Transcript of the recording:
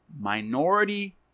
minority